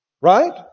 right